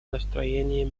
настроение